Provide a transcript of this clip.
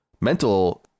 mental